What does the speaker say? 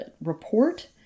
report